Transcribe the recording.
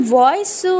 voice